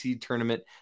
tournament